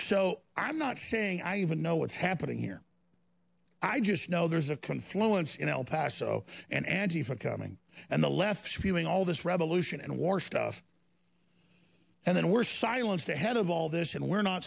so i'm not saying i even know what's happening here i just know there's a conflicts in el paso and andy for coming and the left feeling all this revolution and war stuff and then we're silenced ahead of all this and we're not